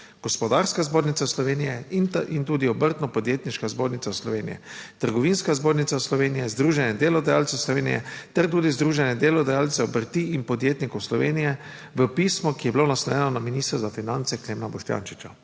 Gospodarska zbornica Slovenije in tudi Obrtno podjetniška zbornica Slovenije, Trgovinska zbornica Slovenije, Združenje delodajalcev Slovenije ter tudi Združenje delodajalcev obrti in podjetnikov Slovenije, v pismu, ki je bilo naslovljeno na ministra za finance, Klemna Boštjančiča.